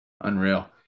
Unreal